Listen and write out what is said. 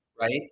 right